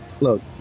look